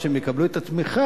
שיום אחרי שהם יקבלו את התמיכה